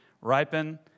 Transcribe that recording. ripen